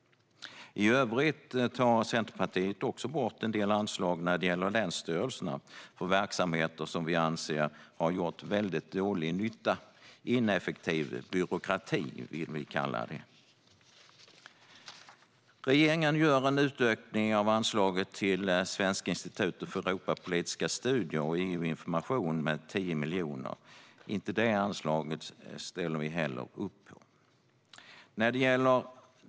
I övrigt tar Centerpartiet också bort en del anslag för länsstyrelserna, på verksamheter som vi anser har gjort dålig nytta. Vi kallar det ineffektiv byråkrati. Regeringen gör en utökning av anslaget till Svenska institutet för europapolitiska studier och EU-information med 10 miljoner. Inte heller det anslaget ställer vi upp på.